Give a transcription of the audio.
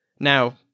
Now